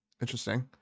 interesting